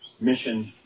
mission